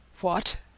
What